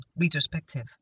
retrospective